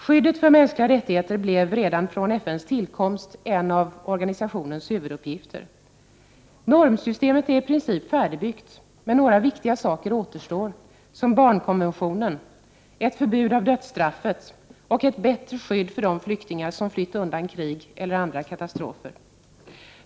Skyddet för mänskliga rättigheter blev redan från FN:s tillkomst en av organisationens huvuduppgifter. Normsystemet är i princip färdigbyggt, men några viktiga saker återstår, nämligen barnkonventionen, ett förbud av dödsstraffet och ett bättre skydd för de flyktingar som flytt undan krig eller andra katastrofer.